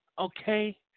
Okay